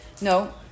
No